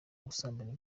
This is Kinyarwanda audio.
ubusambanyi